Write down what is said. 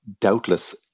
doubtless